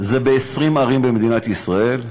זה ב-20 ערים במדינת ישראל,